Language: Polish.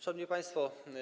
Szanowni Państwo!